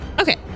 Okay